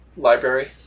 Library